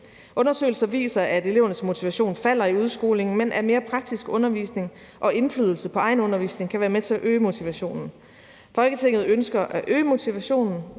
Undersøgelser viser, at elevernes motivation falder i udskolingen, men at mere praktisk undervisning og indflydelse på egen undervisning kan være med til at øge motivationen. Folketinget ønsker at øge motivationen